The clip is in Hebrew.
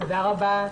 תודה רבה.